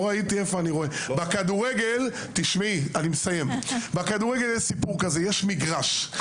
בכדורגל יש סיפור כזה: יש מגרש,